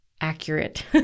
accurate